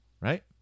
right